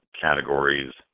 categories